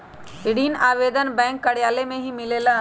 ऋण आवेदन बैंक कार्यालय मे ही मिलेला?